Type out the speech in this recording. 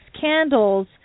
candles